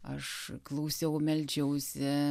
aš klausiau meldžiausi